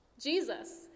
Jesus